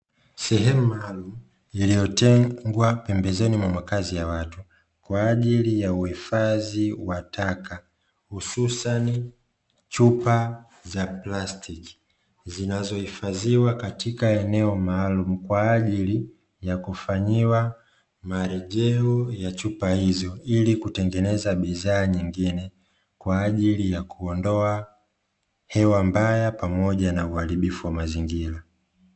Sehemu maalumu iliyotengwa pembezoni mwa makazi ya watu kwa ajili ya uhifadhi wa taka, hususani chupa za plastiki zinazohifadhiwa katika eneo maalumu kwa ajili ya kufanyiwa marejeo ya chupa hizo. Ili kutengeneza bidhaa nyingine kwa ajili ya kuondoa hewa mbaya pamoja na uharibifu wa mazingira.